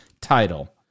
title